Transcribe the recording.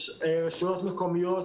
יש רשויות מקומיות,